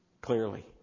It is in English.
clearly